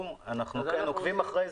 הם נעצרו, הם נקיים אבל הם לא יפלו.